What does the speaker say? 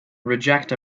reject